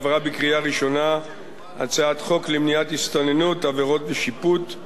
עברה בקריאה ראשונה הצעת חוק למניעת הסתננות (עבירות ושיפוט)